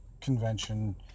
convention